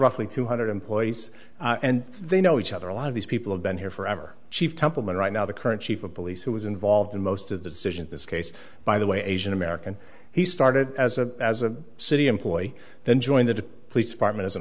roughly two hundred employees and they know each other a lot of these people have been here forever chief templeman right now the current chief of police who was involved in most of the decisions this case by the way asian american he started as a as a city employee then joined the police department as an